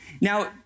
Now